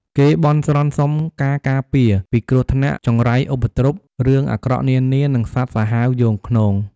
គេបន់ស្រន់សុំការការពារ ពីគ្រោះថ្នាក់ ចង្រៃឧបទ្រព រឿងអាក្រក់នានា និងសត្វសាហាវយង់ឃ្នង។